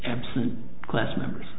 absent class members